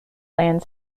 land